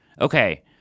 okay